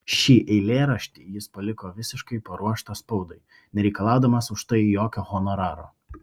šį eilėraštį jis paliko visiškai paruoštą spaudai nereikalaudamas už tai jokio honoraro